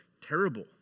terrible